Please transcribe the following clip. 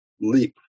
leap